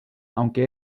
aunque